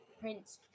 Prince